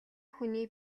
хүний